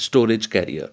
storage carrier